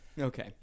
Okay